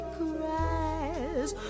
cries